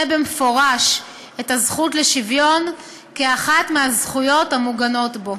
במפורש את הזכות לשוויון כאחת הזכויות המוגנות בו,